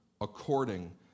according